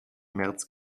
märz